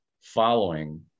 following